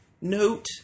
note